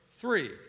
three